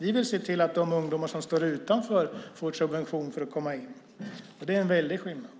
Vi vill se till att de ungdomar som står utanför får subventioner för att komma in. Det är en väldig skillnad.